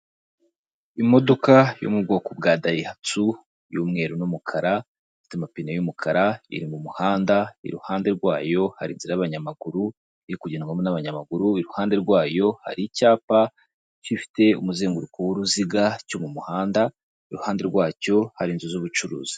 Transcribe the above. Imodoka yo mu bwoko bwa dayihatsu y'umweru n'umukara ifite amapine y'umukara iri mu muhanda iruhande rwayo hari inzira y'abanyamaguru iri kugendwamo n'abanyamaguru iruhande rwayo hari icyapa gifite umuzenguruko w'uruziga cyo mu muhanda iruhande rwacyo hari inzu z'ubucuruzi.